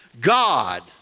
God